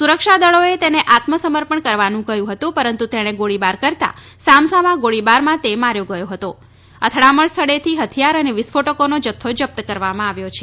સુરક્ષાદળોએ તેને આત્મસમર્પણ કરવાનું કહ્યું હતું પરંતુ તેણે ગોળીબાર કરતા સામસામા ગોળીબાર કરતા માર્યો ગયો હતો અથડામણ સ્થળેથી હથિયાર અને વિસ્ફોટકો જપ્ત કરવામાં આવ્યા છે